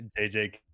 jj